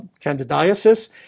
candidiasis